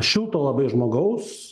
šilto labai žmogaus